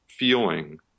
Feeling